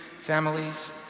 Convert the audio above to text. families